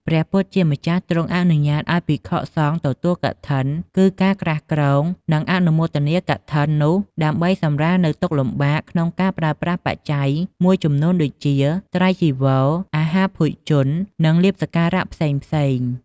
ព្រះពុទ្ធជាម្ចាស់ទ្រង់អនុញ្ញាតឱ្យភិក្ខុសង្ឃទទួលកឋិន គឺការក្រាលគ្រង និងអនុមោនាកឋិននោះដើម្បីសម្រាលនូវទុក្ខលំបាកក្នុងការប្រើប្រាស់បច្ច័យមួយចំនួនដូចជា ត្រៃចីវរ អាហារភោជន និងលាភសក្ការៈផ្សេងៗ ។